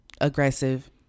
Aggressive